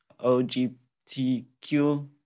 LGBTQ